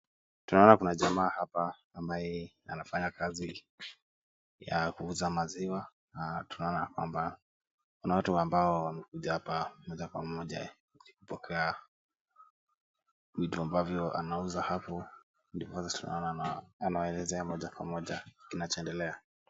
Tunaona jamaa hapa ambaye anafanya kazi ya kuuza maziwa, na tunaona yakwamba kuna watu ambao wamekuja apa moja kwa moja kupokea vitu ambavyo anauza hapo, ndiposa tunaona anawaelezea moja kwa moja kinachoendelea.